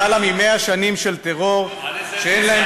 ועל למעלה מ-100 שנים של טרור שאין להן